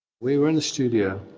we were in the studio